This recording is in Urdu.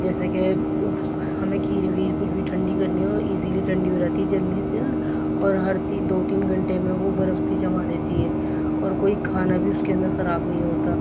جیسا کہ ہمیں کھیر ویر کچھ بھی ٹھنڈی کرنی ہو ایزیلی ٹھنڈی ہو جاتی ہے جلدی سند اور ہر تین دو تین گھنٹے میں وہ برف بھی جما دیتی ہے اور کوئی کھانا بی اُس کے اندر خراب نہیں ہوتا